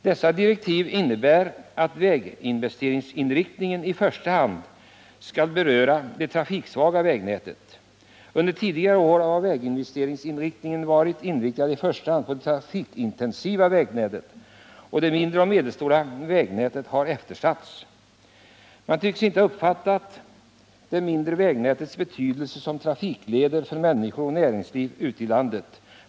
Dessa direktiv innebär att väginvesteringsinriktningen i första hand skall avse det trafiksvaga vägnätet. Under tidigare år har väginvesteringarna varit inriktade i första hand på det trafikintensiva vägnätet, och det mindre och medelstora vägnätet har eftersatts. Man tycks inte på rätt sätt ha uppfattat det mindre vägnätets betydelse som trafikleder för människor och näringsliv ute i landet.